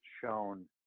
shown